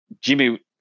Jimmy